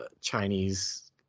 Chinese